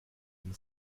dem